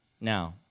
now